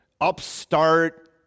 upstart